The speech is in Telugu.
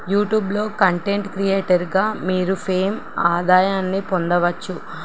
యూట్యూబ్లో కంటెంట్ క్రియేటర్గా మీరు ఫేమ్ ఆదాయాన్ని పొందవచ్చు